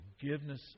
forgiveness